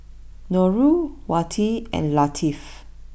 Nurul Wati and Latif